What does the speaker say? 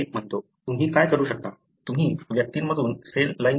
तुम्ही काय करू शकता तुम्ही व्यक्तींमधून सेल लाइन तयार करू शकता